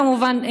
כמובן,